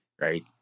right